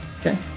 Okay